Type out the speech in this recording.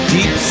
Deep